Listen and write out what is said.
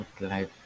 life